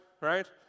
right